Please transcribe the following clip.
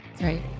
Right